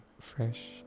fresh